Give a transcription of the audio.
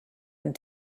and